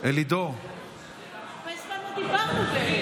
באמת הרבה זמן לא דיברנו.